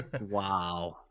Wow